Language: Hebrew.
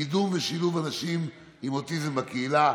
קידום ושילוב אנשים עם אוטיזם בקהילה,